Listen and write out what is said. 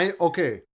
okay